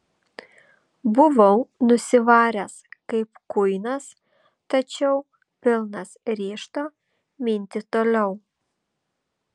buvau nusivaręs kaip kuinas tačiau pilnas ryžto minti toliau